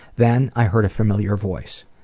then i heard a familiar voice.